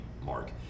mark